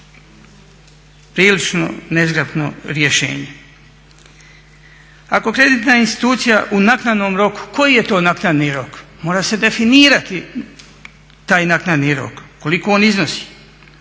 Prilično nezgrapno rješenje. Ako kreditna institucija u naknadnom roku, koji je to naknadni rok? Mora se definirati taj naknadni rok, koliko on iznosi.